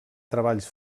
treballs